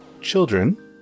children